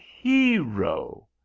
hero